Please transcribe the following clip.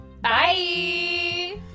bye